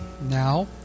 Now